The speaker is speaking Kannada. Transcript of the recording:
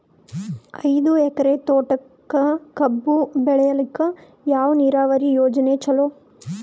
ಐದು ಎಕರೆ ತೋಟಕ ಕಬ್ಬು ಬೆಳೆಯಲಿಕ ಯಾವ ನೀರಾವರಿ ಯೋಜನೆ ಚಲೋ?